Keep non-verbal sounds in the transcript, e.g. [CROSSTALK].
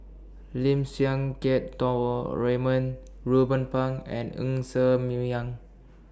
Lim Siang Keat [UNINTELLIGIBLE] Raymond Ruben Pang and Ng Ser [UNINTELLIGIBLE]